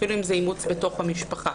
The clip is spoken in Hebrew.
אפילו אם זה אימוץ בתוך המשפחה.